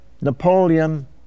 Napoleon